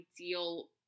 ideal